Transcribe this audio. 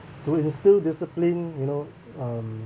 to instill discipline you know um